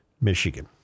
Michigan